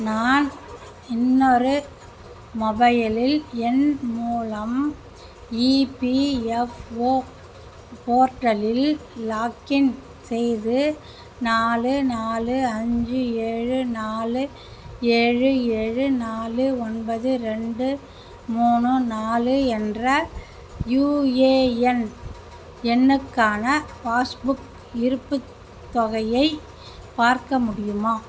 நான் இன்னொரு மொபையலில் எண் மூலம் இபிஎஃப்ஓ போர்ட்டலில் லாக்இன் செய்து நாலு நாலு அஞ்சு ஏழு நாலு ஏழு ஏழு நாலு ஒன்பது ரெண்டு மூணு நாலு என்ற யுஏஎன் எண்ணுக்கான பாஸ்புக் இருப்புத் தொகையை பார்க்க முடியுமா